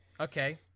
Okay